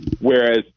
Whereas